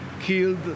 killed